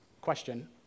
question